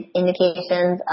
indications